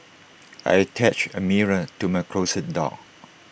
I attached A mirror to my closet door